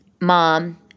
mom